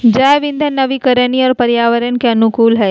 जैव इंधन नवीकरणीय और पर्यावरण के अनुकूल हइ